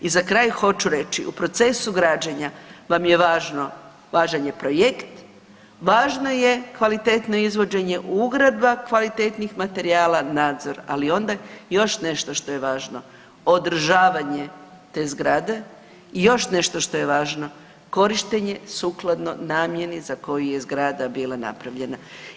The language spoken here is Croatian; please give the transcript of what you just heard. I za kraj hoću reći u procesu građenja vam je važno važan je projekt, važno je kvalitetno izvođenje ugradba kvalitetnih materijala, nadzor, ali onda još nešto što je važno održavanje te zgrade i još nešto što je važno korištenje sukladno namjeni za koju je zgrada bila napravljena.